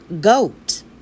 goat